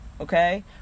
okay